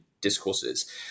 discourses